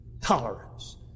Tolerance